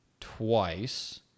twice